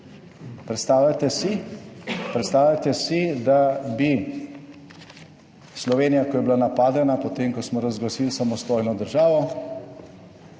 predstavljajte si, da bi Slovenija, ko je bila napadena, potem ko smo razglasili samostojno državo,